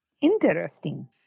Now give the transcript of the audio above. Interesting